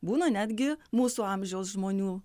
būna netgi mūsų amžiaus žmonių